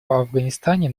афганистане